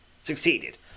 Succeeded